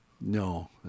No